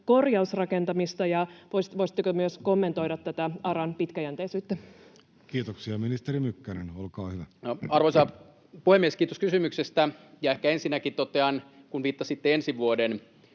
korjausrakentamista, ja voisitteko myös kommentoida tätä ARAn pitkäjänteisyyttä? Kiitoksia. — Ministeri Mykkänen, olkaa hyvä. Arvoisa puhemies! Kiitos kysymyksestä. Ehkä ensinnäkin totean, kun viittasitte ensi vuoden